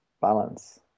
balance